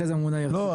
לא,